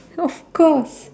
of course